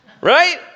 Right